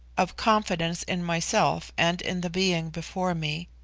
of confidence in myself and in the being before me.